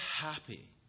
happy